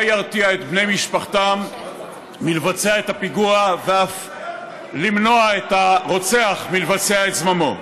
מה ירתיע את בני משפחתם מלבצע את הפיגוע ואף למנוע מהרוצח לבצע את זממו.